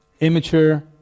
immature